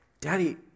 Daddy